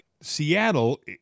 Seattle